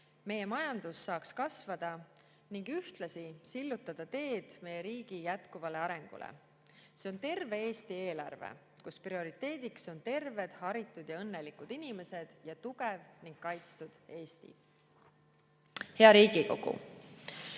meie majandus saaks kasvada ning ühtlasi oleks sillutatud tee meie riigi jätkuvale arengule. See on terve Eesti eelarve, kus prioriteediks on terved, haritud ja õnnelikud inimesed ning tugev ja kaitstud Eesti. Hea Riigikogu!